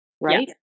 Right